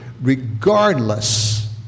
regardless